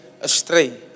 astray